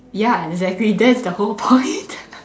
ya exactly that's the whole point